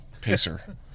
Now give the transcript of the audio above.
pacer